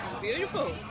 Beautiful